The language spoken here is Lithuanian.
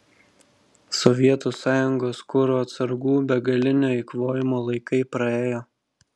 sovietų sąjungos kuro atsargų begalinio eikvojimo laikai praėjo